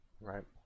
right